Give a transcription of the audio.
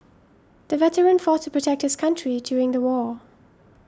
the veteran fought to protect his country during the war